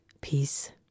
Peace